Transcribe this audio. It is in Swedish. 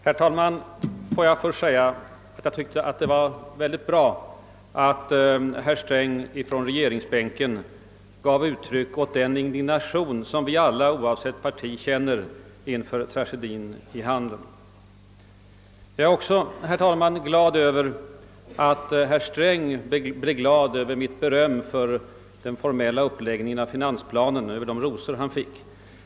Herr talman! Får jag först säga att det var mycket bra att herr Sträng från regeringsbänken gav uttryck åt den indignation vi alla, oavsett parti, känner inför tragedien i Handen, Det gläder mig också att herr Sträng uppskattade mitt beröm för den formella uppläggningen av finansplanen och att han blev glad över de rosor han fick.